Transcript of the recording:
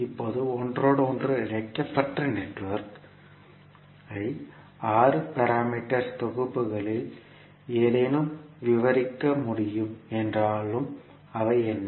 இப்போது ஒன்றோடொன்று இணைக்கப்பட்ட நெட்வொர்க் ஐ 6 பாராமீட்டர்ஸ் தொகுப்புகளில் ஏதேனும் விவரிக்க முடியும் என்றாலும் அவை என்ன